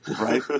right